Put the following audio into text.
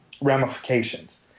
ramifications